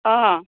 অঁ